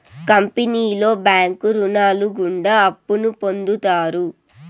కంపెనీలో బ్యాంకు రుణాలు గుండా అప్పును పొందుతారు